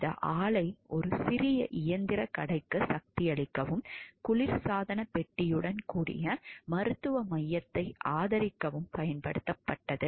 இந்த ஆலை ஒரு சிறிய இயந்திர கடைக்கு சக்தி அளிக்கவும் குளிர்சாதனப் பெட்டியுடன் கூடிய மருத்துவ மையத்தை ஆதரிக்கவும் பயன்படுத்தப்பட்டது